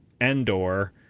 Endor